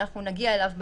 אנחנו נגיע אליו בהמשך.